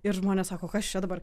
ir žmonės sako kas čia dabar